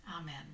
Amen